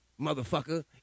motherfucker